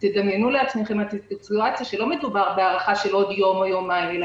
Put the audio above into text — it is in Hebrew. תדמיינו לכם סיטואציה שלא מדובר בהארכה של עוד יום או יומיים אלא